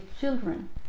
children